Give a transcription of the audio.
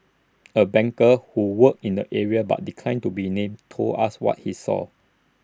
A banker who works in the area but declined to be named told us what he saw